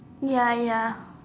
ya ya